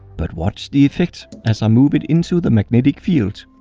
but watch the effect as i move it into the magnetic field.